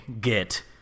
get